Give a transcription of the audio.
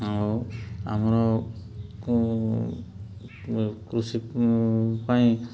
ଆଉ ଆମର କୃଷି ପାଇଁ